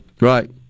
Right